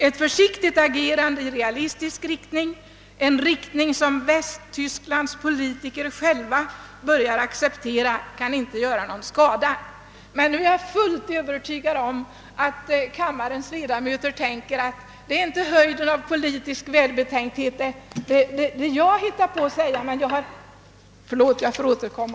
Ett försiktigt agerande i realistisk riktning — vilket Västtysklands politiker själva börjar acceptera — kan inte göra någon skada.